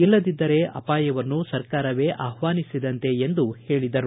ಇಲ್ಲದಿದ್ದರೆ ಅಪಾಯವನ್ನು ಸರ್ಕಾರವೇ ಆಹ್ವಾನಿಸಿದಂತೆ ಎಂದು ಹೇಳಿದರು